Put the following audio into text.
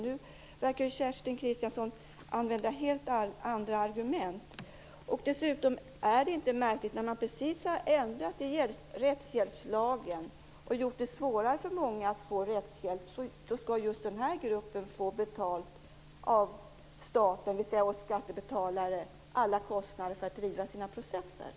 Nu verkar Kerstin Kristiansson använda helt andra argument. Man har precis ändrat i rättshjälpslagen och gjort det svårare för många att få rättshjälp. Är det inte märkligt att just denna grupp skall få alla kostnader för att driva processer betalda av staten, dvs. oss skattebetalare?